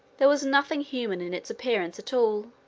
there was nothing human in its appearance at all.